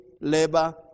labor